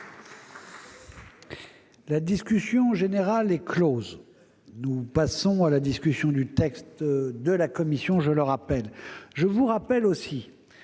La discussion générale est close. Nous passons à la discussion du texte de la commission. Je rappelle que les articles